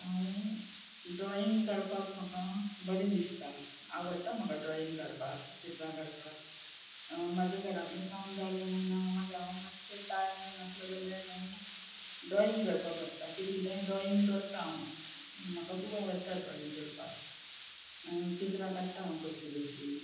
हांव ड्रॉईंग काडपाक म्हाका बरें दिसता आवडटा म्हाका ड्रॉईंग काडपाक चित्रां काडपाक म्हाज्या घरां कडलें काम जालें कांय ना मागीर हांव मातशें टायम बीन आसलें जाल्यार हांव ड्रॉईंग करपाक बसता किदें किदें ड्रॉईंग करता हांव म्हाका खूब आवडटा ड्रॉईंग करपाक चित्रां काडटा हांव कसलीं कसलीं